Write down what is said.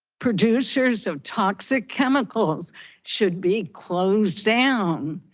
producers of toxic chemicals should be closed down.